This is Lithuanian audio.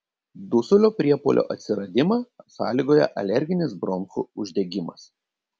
dusulio priepuolio atsiradimą sąlygoja alerginis bronchų uždegimas